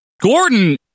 Gordon